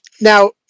Now